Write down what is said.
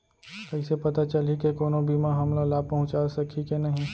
कइसे पता चलही के कोनो बीमा हमला लाभ पहूँचा सकही के नही